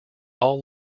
all